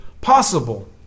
possible